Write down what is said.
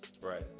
right